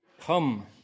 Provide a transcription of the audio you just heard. Come